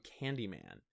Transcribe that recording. Candyman